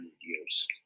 years